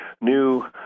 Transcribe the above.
new